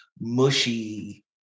mushy